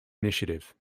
initiative